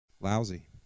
lousy